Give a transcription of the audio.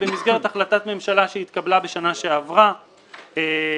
במסגרת החלטת ממשלה שהתקבלה בשנה שעברה קבעה